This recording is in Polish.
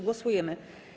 Głosujemy.